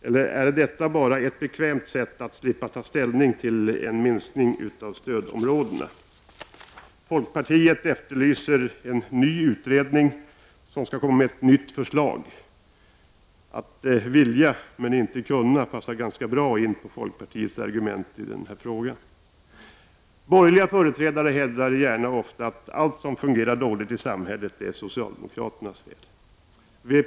Eller är detta bara ett bekvämt sätt att slippa ta ställning till en minskning av stödområdena? Folkpartiet efterlyser en ny utredning som skall komma med ett nytt förslag! ”Att vilja men inte kunna” passar ganska bra in på folkpartiets argumentation i denna fråga. Borgerliga företrädare hävdar gärna och ofta att allt som fungerar dåligt i samhället är socialdemokraternas fel.